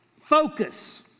focus